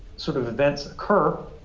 sort of events occur,